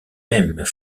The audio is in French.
mêmes